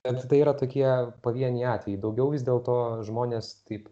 bet tai yra tokie pavieniai atvejai daugiau vis dėl to žmonės taip